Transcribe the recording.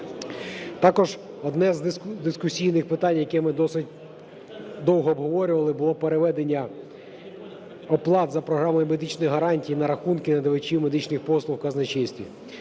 Також одне з дискусійних питань, яке ми досить довго обговорювали, було переведення оплат за програмою медичних гарантій на рахунки надавачів медичних послуг в казначействі.